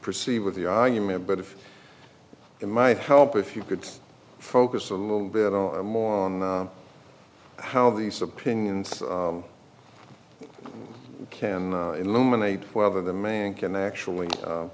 proceed with the argument but if it might help if you could focus a little bit more on how these opinions can eliminate whether the man can actually